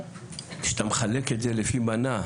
שאתה מחלק את זה לפי מנה,